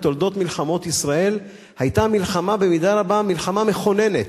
בתולדות מלחמות ישראל היתה מלחמה במידה רבה מלחמה מכוננת,